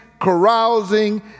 carousing